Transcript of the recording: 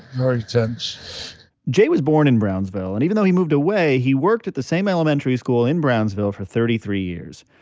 very tense jay was born in brownsville, and even though he moved away, he worked at the same elementary school in brownsville for thirty three years.